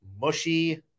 mushy